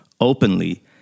Openly